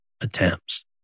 attempts